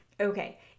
Okay